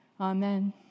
amen